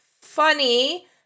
funny